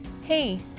Hey